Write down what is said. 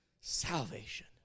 salvation